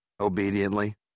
obediently